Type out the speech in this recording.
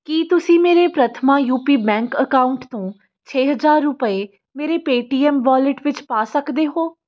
ਕੀ ਤੁਸੀਂ ਮੇਰੇ Prathama UP bank account ਤੋਂ ਛੇ ਹਜ਼ਾਰ ਰੁਪਏ ਮੇਰੇ ਪੇਟੀਐੱਮ ਵੋਲਿਟ ਵਿੱਚ ਪਾ ਸਕਦੇ ਹੋ